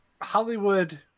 Hollywood